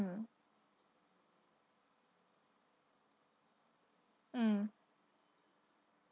mm mm